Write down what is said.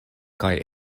kaj